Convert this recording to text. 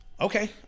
Okay